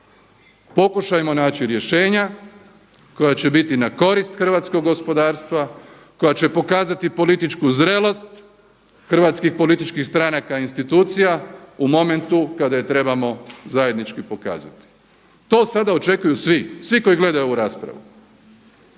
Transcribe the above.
Pokušajmo naći rješenja koja će biti na korist hrvatskog gospodarstva, koja će pokazati političku zrelost hrvatskih političkih stranaka i institucija u momentu kada je trebamo zajednički pokazati. To sada očekuju svi, svi koji gledaju ovu raspravu,